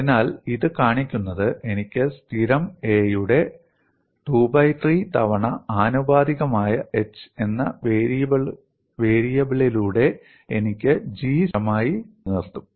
അതിനാൽ ഇത് കാണിക്കുന്നത് എനിക്ക് സ്ഥിരം a യുടെ ⅔ തവണ ആനുപാതികമായ h എന്ന വേരിയബിളിലൂടെ എനിക്ക് G സ്ഥിരമാക്കാം ചുരുക്കത്തിൽ എച്ച് ക്യൂബ് a സ്ക്വയർ ഞാൻ സ്ഥിരമായി നിലനിർത്തും